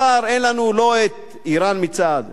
כבר אין לנו לא אירן מצד,